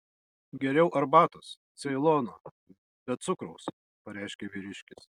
geriau arbatos ceilono be cukraus pareiškė vyriškis